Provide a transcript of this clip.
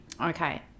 Okay